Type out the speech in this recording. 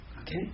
okay